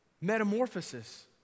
metamorphosis